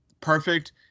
perfect